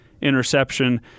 interception